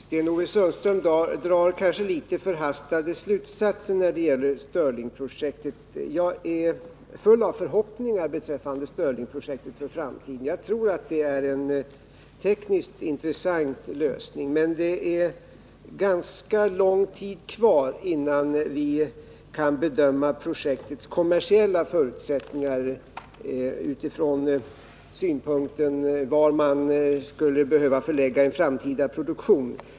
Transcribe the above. Herr talman! Sten-Ove Sundström drar kanske något förhastade slutsatser när det gäller stirlingprojektet. Jag är full av förhoppningar beträffande stirlingprojektet med avseende på framtiden. Jag tror att det är en tekniskt intressant lösning, men det är ganska lång tid kvar, innan vi kan bedöma projektets kommersiella förutsättningar utifrån synpunkten var man skulle behöva förlägga en framtida produktion.